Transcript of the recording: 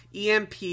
EMP